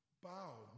bow